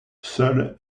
seule